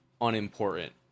unimportant